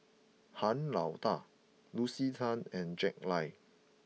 Han Lao Da Lucy Tan and Jack Lai